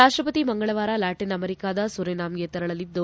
ರಾಷ್ಟಪತಿ ಮಂಗಳವಾರ ಲ್ಯಾಟೀನ್ ಅಮೆರಿಕಾದ ಸುರಿನಾಮ್ಗೆ ತೆರಳಲಿದ್ದು